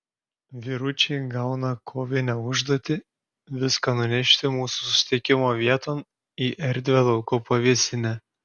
vyručiai gauna kovinę užduotį viską nunešti mūsų susitikimo vieton į erdvią lauko pavėsinę